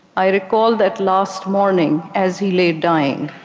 i recall that last morning, as he laid dying.